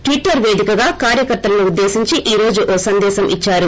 Twitter పేదికగా కార్యకర్తలను ఉద్దేశించి ఈ రోజు ఓ సందేశం ఇచ్చారు